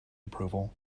approval